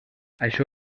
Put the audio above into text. això